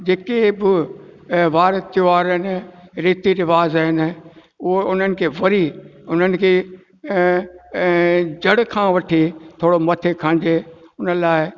जेके बि वार त्योहार आहिनि रीति रिवाज आहिनि उहे उन्हनि खे वरी उन्हनि खे जड़ खां वठी थोरो मथे खणिजे उन लाइ